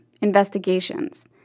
investigations